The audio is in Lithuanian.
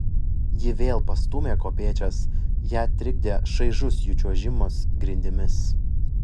ji vėl pastūmė kopėčias ją trikdė šaižus jų čiuožimas grindimis